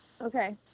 Okay